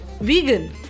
vegan